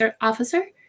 officer